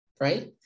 right